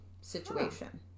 situation